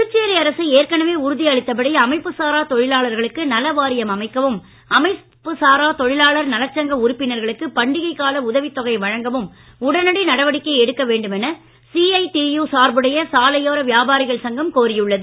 புதுச்சேரி அரசு ஏற்களவே உறுதியளித்த படி அமைப்புசாரா தொழிலாளர்களுக்கு நலவாரியம் அமைக்கவும் அமைப்புசாரா தொழிலாளர் நலச்சங்க உறுப்பினர்களுக்கு பண்டிகை கால உதவித் தொகை வழங்கவும் உடனடி நடவடிக்கை எடுக்க வேண்டும் என சிஜடியூ சார்புடைய சாலையோர வியாபாரிகள் சங்கம் கோரியுள்ளது